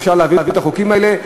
אפשר להעביר את החוקים האלה.